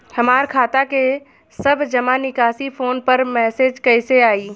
हमार खाता के सब जमा निकासी फोन पर मैसेज कैसे आई?